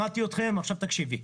שמעתי אתכם, עכשיו תקשיבי.